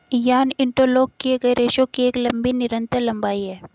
yarn interlock किए गए रेशों की एक लंबी निरंतर लंबाई है